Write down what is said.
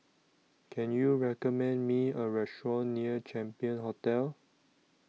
Can YOU recommend Me A Restaurant near Champion Hotel